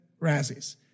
Razzies